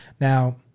Now